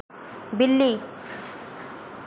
बिल्ली